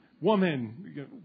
Woman